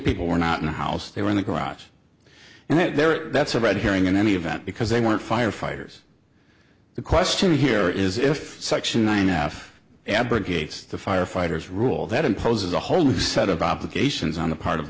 people were not in the house they were in the garage and that there that's a red herring in any event because they weren't firefighters the question here is if section i now have abrogates the firefighters rule that imposes a whole new set of obligations on the part of